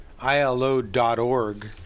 ILO.org